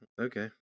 Okay